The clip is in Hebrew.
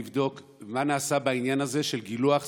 לבדוק מה נעשה בעניין הזה של גילוח זקנים.